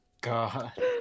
god